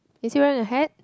is he wearing a hat